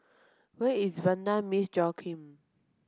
where is Vanda Miss Joaquim